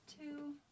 two